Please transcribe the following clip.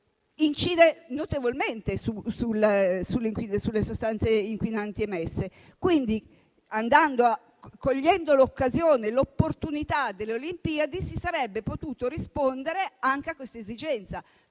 incide notevolmente sulle sostanze inquinanti emesse. Quindi, cogliendo l'opportunità delle Olimpiadi, si sarebbe potuto rispondere anche a questa esigenza: